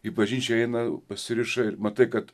į bažnyčią eina pasiriša ir matai kad